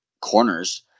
corners